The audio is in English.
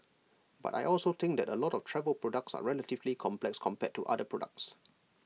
but I also think that A lot of travel products are relatively complex compared to other products